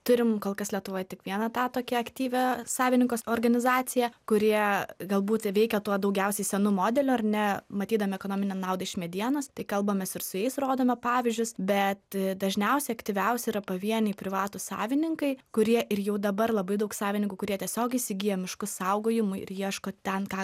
turim kol kas lietuvoj tik vieną tą tokią aktyvią savininkas organizaciją kurie galbūt veikia tuo daugiausiai senu modeliu ar ne matydami ekonominę naudą iš medienos tai kalbamės ir su jais rodome pavyzdžius bet dažniausiai aktyviausi yra pavieniai privatūs savininkai kurie ir jau dabar labai daug savininkų kurie tiesiog įsigyja miškus saugojimui ir ieško ten ką